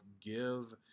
give